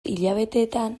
hilabeteetan